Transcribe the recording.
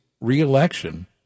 reelection